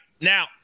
Now